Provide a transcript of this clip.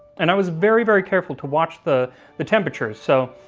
and i was very very careful to watch the the temperatures, so